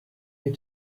you